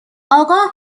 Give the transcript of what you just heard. آگاه